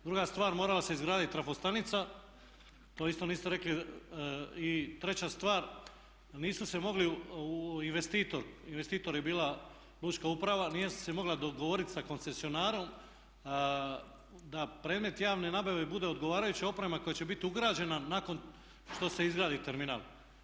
Druga stvar, morala se izgradit trafostanica, to isto niste rekli i treća stvar nisu se mogli investitor, investitor je bila lučka uprava nije se mogla dogovorit sa koncesionarom da predmet javne nabave bude odgovarajuća oprema koja će biti ugrađena nakon što se izgradi terminal.